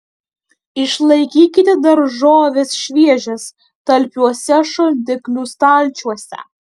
išlaikykite daržoves šviežias talpiuose šaldiklių stalčiuose